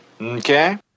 Okay